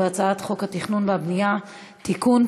בהצעת חוק התכנון והבנייה (תיקון,